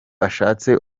ashatse